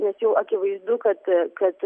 nes jau akivaizdu kad kad